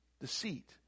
deceit